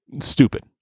stupid